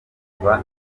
kuva